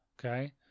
Okay